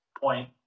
point